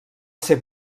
ser